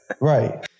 Right